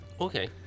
Okay